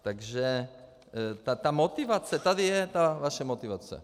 Takže ta motivace tady je ta vaše motivace.